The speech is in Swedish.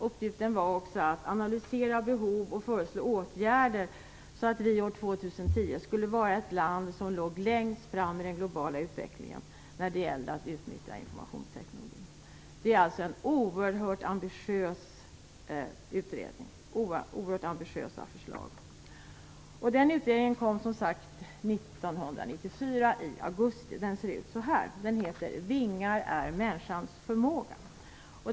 Uppgiften var också att analysera behov och föreslå åtgärder, så att vi år 2010 skulle vara ett land som låg längst framme i den globala utvecklingen när det gällde att utnyttja informationstekniken. Det är alltså en oerhört ambitiös utredning och oerhört ambitiösa förslag. Utredningen kom som sagt i augusti 1994 och heter Vingar åt människans förmåga.